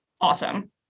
awesome